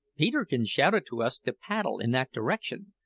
peterkin shouted to us to paddle in that direction,